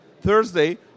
Thursday